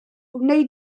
wnei